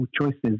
choices